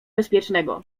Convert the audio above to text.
bezpiecznego